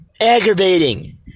aggravating